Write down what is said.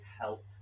help